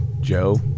Joe